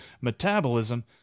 metabolism